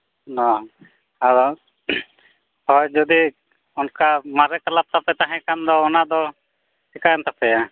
ᱵᱟᱝ ᱟᱫᱚ ᱦᱳᱭ ᱡᱩᱫᱤ ᱚᱱᱠᱟ ᱢᱟᱨᱮ ᱠᱞᱟᱵᱽᱛᱟᱯᱮ ᱛᱟᱦᱮᱸᱠᱟᱱᱫᱚ ᱚᱱᱟᱫᱚ ᱪᱤᱠᱟᱹᱭᱮᱱ ᱛᱟᱯᱮᱭᱟ